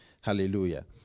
Hallelujah